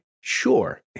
Sure